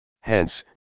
Hence